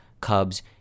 Cubs